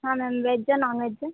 ಹಾಂ ಮ್ಯಾಮ್ ವೆಜ್ಜಾ ನೋನ್ ವೆಜ್ಜಾ